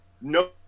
no